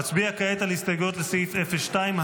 נצביע כעת על הסתייגויות לסעיף 02,